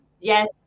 yes